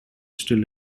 still